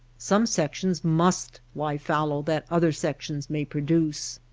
some sections must lie fallow that other sections may produce.